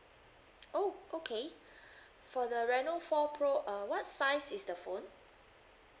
oh okay for the reno four pro uh what size is the phone